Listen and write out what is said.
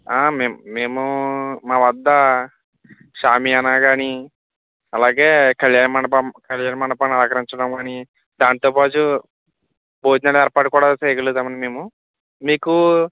ఆ మేం మేము మా వద్ద షామియానా కాని అలాగే కళ్యాణమండపం కళ్యాణమండపాన్ని అలంకరించడం కాని దాంతో పాటు భోజనాల ఏర్పాట్లు కూడా చేయగలుగుతాము అండి మేము మీకూ